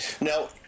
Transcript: Now